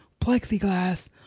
plexiglass